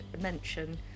mention